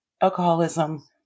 alcoholism